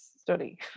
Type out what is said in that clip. study